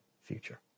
future